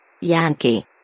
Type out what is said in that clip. Yankee